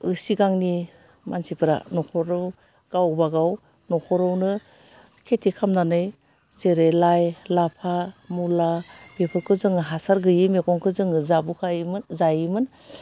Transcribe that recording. ओह सिगांनि मानसिफ्रा न'खराव गावबा गाव न'खरावनो खेथि खालामनानै जेरै लाइ लाफा मुला बेफोरखौ जोङो हासार गोयै मैगंखो जोङो जाब'फायोमोन जायोमोन